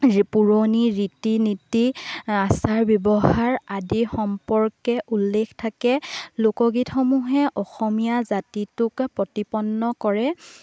পুৰণি ৰীতি নীতি আচাৰ ব্যৱহাৰ আদি সম্পৰ্কে উল্লেখ থাকে লোকগীতসমূহে অসমীয়া জাতিটোকে প্ৰতিপন্ন কৰে